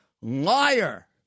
Liar